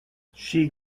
she